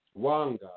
wanga